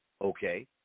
Okay